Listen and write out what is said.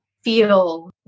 feel